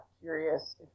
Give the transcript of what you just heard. Curious